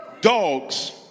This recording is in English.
dogs